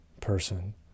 person